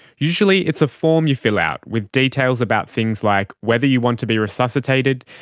usually it's a form you fill out, with details about things like whether you want to be resuscitated,